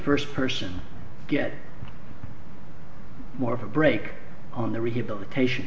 first person get more of a break on the rehabilitation